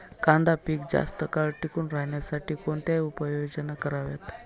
कांदा पीक जास्त काळ टिकून राहण्यासाठी कोणत्या उपाययोजना कराव्यात?